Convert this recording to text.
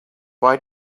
why